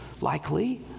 likely